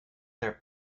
their